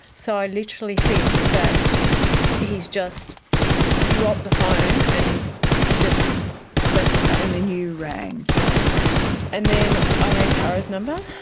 so i literally think that he's just dropped the phone and just left the car. and then you rang tara's number? and then i ah rang tara's number